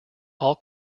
all